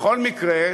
בכל מקרה,